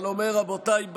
אבל אומר: רבותיי,